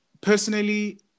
Personally